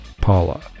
Paula